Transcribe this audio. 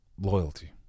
Loyalty